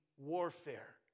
Warfare